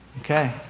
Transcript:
Okay